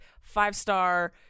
five-star